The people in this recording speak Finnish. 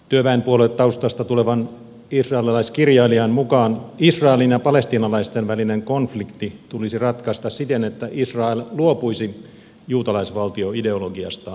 työväenpuoluetaustasta tulevan israelilaiskirjailijan mukaan israelin ja palestiinalaisten välinen konflikti tulisi ratkaista siten että israel luopuisi juutalaisvaltioideologiastaan